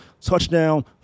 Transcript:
Touchdown